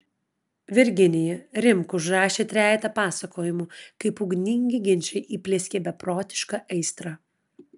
virginija rimk užrašė trejetą pasakojimų kaip ugningi ginčai įplieskė beprotišką aistrą